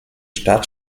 stadt